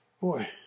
boy